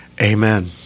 Amen